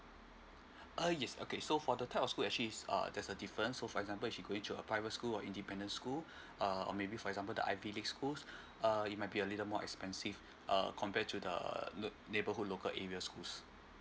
uh yes okay so for the type of school actually uh there's a difference so for example if she going to a private school or independent school uh or maybe for example the ivy league schools uh it might be a little more expensive uh compared to the lo~ neighbourhood local area schools